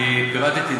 אני פירטתי,